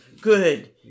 good